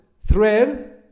thread